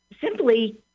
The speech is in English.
simply